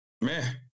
man